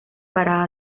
para